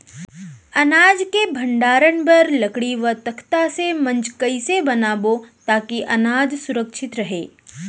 अनाज के भण्डारण बर लकड़ी व तख्ता से मंच कैसे बनाबो ताकि अनाज सुरक्षित रहे?